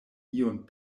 ion